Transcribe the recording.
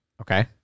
Okay